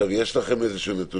האם יש לכם נתונים?